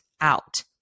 out